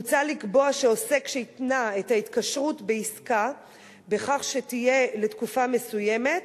מוצע לקבוע שעוסק שהתנה את ההתקשרות בעסקה בכך שתהיה לתקופה מסוימת,